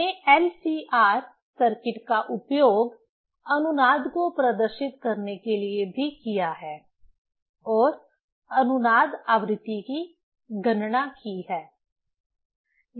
हमने LCR circuit का उपयोग अनुनाद को प्रदर्शित करने के लिए भी किया है और अनुनाद आवृत्ति की गणना की है